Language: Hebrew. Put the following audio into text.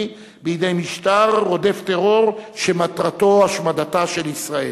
בידי משטר רודף טרור שמטרתו השמדתה של ישראל.